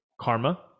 karma